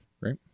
right